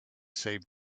save